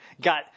got